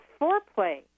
foreplay